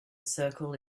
circle